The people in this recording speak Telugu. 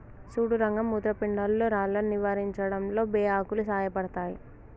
సుడు రంగ మూత్రపిండాల్లో రాళ్లను నివారించడంలో బే ఆకులు సాయపడతాయి